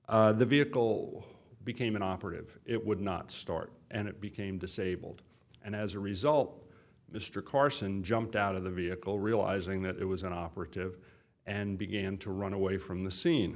bit the vehicle became an operative it would not start and it became disabled and as a result mr carson jumped out of the vehicle realizing that it was an operative and began to run away from the scene